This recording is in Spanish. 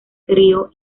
crio